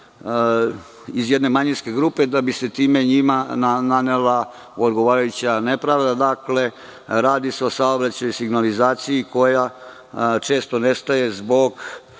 iz jedne manjinske grupe, da bi se time njima nanela odgovarajuća nepravda. Dakle, radi se o saobraćaju signalizaciji koja često nestaje zbog